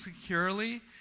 securely